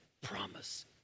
promise